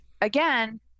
again